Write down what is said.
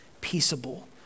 peaceable